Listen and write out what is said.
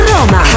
Roma